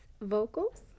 vocals